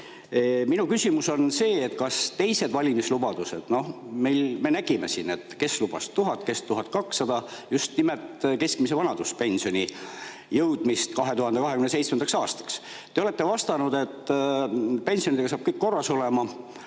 Minu küsimus on teiste valimislubaduste [kohta]. Me nägime siin, kes lubas 1000, kes 1200 [euroni] just nimelt keskmise vanaduspensioni jõudmist 2027. aastaks. Te olete vastanud, et pensionidega saab kõik korras olema,